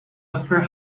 upper